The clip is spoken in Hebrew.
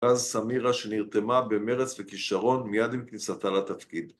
אז סמירה שנרתמה במרץ וכישרון מיד עם כניסתה לתפקיד